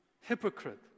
Hypocrite